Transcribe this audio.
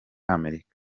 amerika